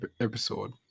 episode